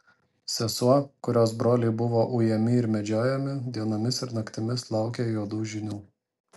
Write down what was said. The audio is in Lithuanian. sesuo kurios broliai buvo ujami ir medžiojami dienomis ir naktimis laukė juodų žinių